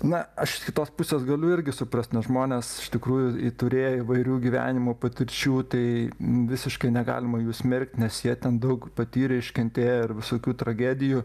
na aš kitos pusės galiu irgi suprast nes žmonės iš tikrųjų turėję įvairių gyvenimo patirčių tai visiškai negalima jų smerkt nes jie ten daug patyrė iškentėjo ir visokių tragedijų